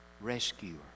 rescuer